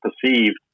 perceived